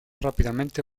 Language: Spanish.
rápidamente